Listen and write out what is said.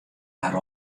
har